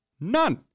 None